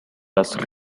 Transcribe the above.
las